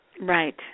Right